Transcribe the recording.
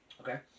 Okay